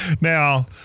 Now